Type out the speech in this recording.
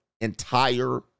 entire